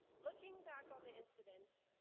looking back on the incident,